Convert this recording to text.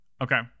Okay